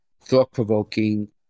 thought-provoking